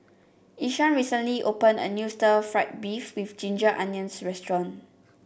Ishaan recently opened a new Stir Fried Beef with Ginger Onions restaurant